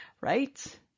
right